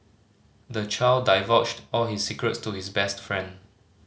the child divulged all his secrets to his best friend